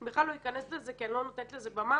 אני בכלל לא אכנס לזה כי אני לא נותנת לזה במה